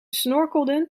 snorkelden